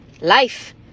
life